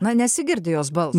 na nesigirdi jos balso